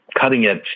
cutting-edge